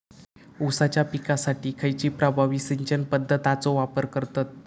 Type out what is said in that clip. ऊसाच्या पिकासाठी खैयची प्रभावी सिंचन पद्धताचो वापर करतत?